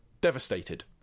devastated